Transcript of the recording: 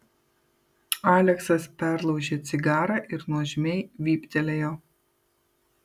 aleksas perlaužė cigarą ir nuožmiai vyptelėjo